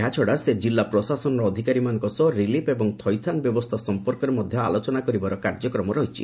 ଏହାଛଡ଼ା ସେ ଜିଲ୍ଲା ପ୍ରଶାସନର ଅଧିକାରୀମାନଙ୍କ ସହ ରିଲିଫ୍ ଏବଂ ଥଇଥାନ ବ୍ୟବସ୍ଥା ସଂପର୍କରେ ମଧ୍ୟ ଆଲୋଚନା କରିବାର କାର୍ଯ୍ୟକ୍ରମ ରହିଛି